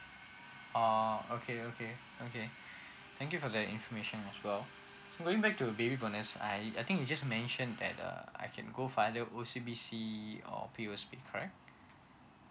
oh okay okay okay thank you for the information as well uh going back to baby bonus I I think you just mentioned that err I can go for either O_C_B_C or P_O_S_B correct